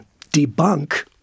debunk